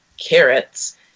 carrots